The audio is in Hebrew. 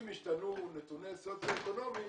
אם השתנו נתוני סוציו-אקונומי,